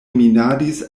minadis